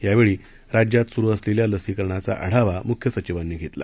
यावेळी राज्यात सुरु असलेल्या लसीकरणाचा आढावा मुख्य सचिवांनी घेतला